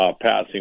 passing